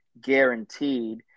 guaranteed